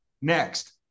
next